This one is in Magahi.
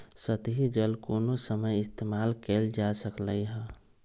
सतही जल कोनो समय इस्तेमाल कएल जा सकलई हई